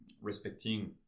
respecting